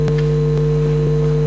תודה.